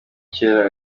kera